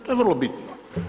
To je vrlo bitno.